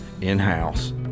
in-house